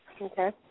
okay